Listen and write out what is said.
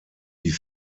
die